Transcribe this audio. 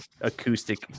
acoustic